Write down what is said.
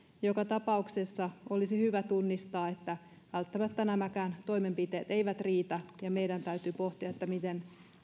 joka tapauksessa olisi hyvä tunnistaa että välttämättä nämäkään toimenpiteet eivät riitä ja meidän täytyy pohtia miten